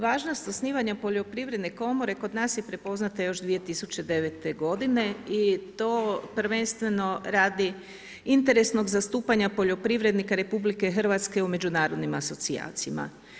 Važnost osnivanja poljoprivredne komore kod nas je prepoznata još 2009. godine i to prvenstveno radi interesnog zastupanja poljoprivrednika RH u međunarodnim asocijacijama.